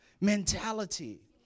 mentality